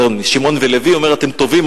לשמעון ולוי הוא אומר: אתם טובים,